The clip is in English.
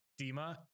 dima